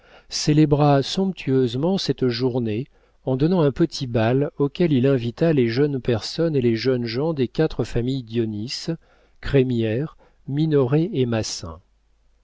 célébra somptueusement cette journée en donnant un petit bal auquel il invita les jeunes personnes et les jeunes gens des quatre familles dionis crémière minoret et massin